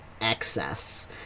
excess